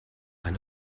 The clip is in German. eine